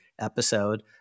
episode